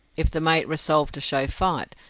if the mate resolved to show fight,